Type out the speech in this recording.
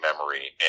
memory